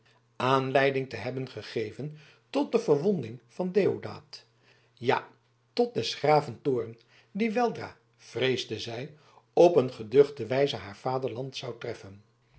aanleiding te hebben gegeven tot de verwonding van deodaat ja tot des graven toorn die weldra vreesde zij op een geduchte wijze haar vaderland zou treffen